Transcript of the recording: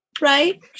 Right